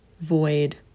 void